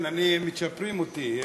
כן, אני, מצ'פרים אותי.